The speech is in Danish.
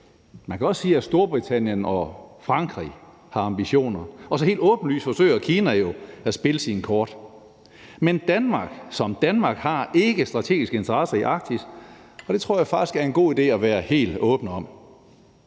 Man kan også sige, at Storbritannien og Frankrig har ambitioner, og helt åbenlyst forsøger Kina jo at spille sine kort. Men Danmark som land har ikke strategiske interesser i Arktis, og det tror jeg faktisk det er en god idé at være helt åben om.